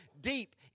deep